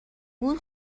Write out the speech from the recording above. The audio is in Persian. بود